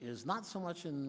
is not so much in